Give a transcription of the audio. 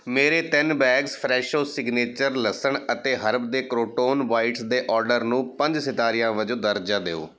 ਮੇਰੇ ਤਿੰਨ bags Fresho signature ਲਸਣ ਅਤੇ ਹਰਬ ਦੇ ਕਰੌਟੌਨ ਬਾਈਟਸ ਦੇ ਆਰਡਰ ਨੂੰ ਪੰਜ ਸਿਤਾਰਿਆਂ ਵਜੋਂ ਦਰਜਾ ਦਿਓ